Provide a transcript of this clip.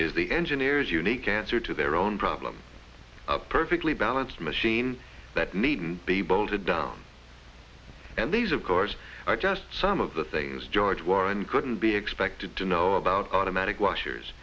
is the engineers unique answer to their own problem a perfectly balanced machine that needn't be bolted down and these of course are just some of the things george warren couldn't be expected to know about automatic washers